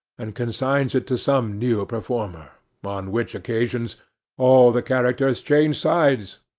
and consigns it to some new performer on which occasions all the characters change sides,